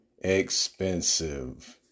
expensive